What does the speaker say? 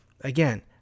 Again